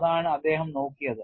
അതാണ് അദ്ദേഹം നോക്കിയത്